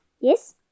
Yes